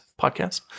podcast